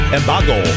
embargo